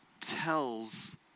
tells